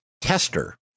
tester